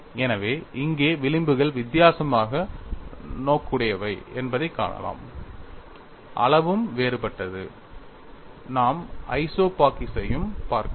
எனவே இங்கே விளிம்புகள் வித்தியாசமாக நோக்குடையவை என்பதைக் காணலாம் அளவும் வேறுபட்டது நாம் ஐசோபாக்கிக்ஸையும் பார்க்கலாம்